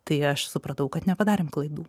tai aš supratau kad nepadarėm klaidų